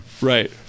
Right